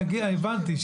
הבנתי,